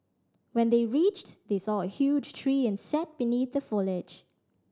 when they reached they saw a huge tree and sat beneath the foliage